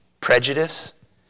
prejudice